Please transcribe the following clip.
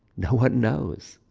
no one knows.